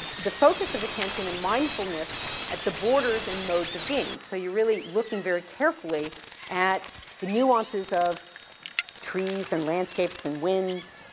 the focus of attention and mindfulness at the borders and modes of being. so you're really looking very carefully at the nuances of trees and landscapes and winds,